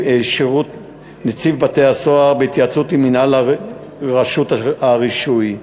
בתי-הסוהר בהתייעצות עם מינהל רשות הרישוי.